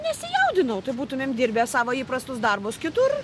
nesijaudinau tai būtumėm dirbę savo įprastus darbus kitur